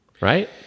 right